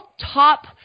top